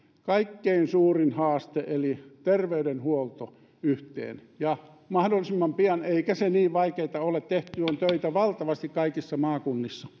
kaikkein suurin haaste eli terveydenhuolto yhteen ja mahdollisimman pian eikä se niin vaikeata ole tehty on töitä valtavasti kaikissa maakunnissa